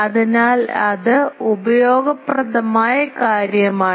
അതിനാൽ ഇത് ഉപയോഗപ്രദമായ കാര്യമാണ്